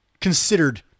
considered